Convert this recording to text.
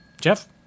Jeff